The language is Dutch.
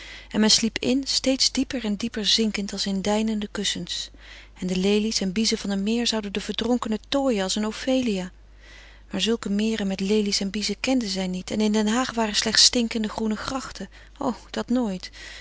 en men sliep in steeds dieper en dieper zinkend als in deinende kussens en de lelies en biezen van een meer zouden de verdronkene tooien als een ofelia maar zulke meren met lelies en biezen kende zij niet en in den haag waren slechts stinkende groene grachten o dat nooit